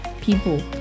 people